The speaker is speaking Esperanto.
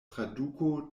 traduko